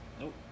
nope